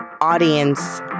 audience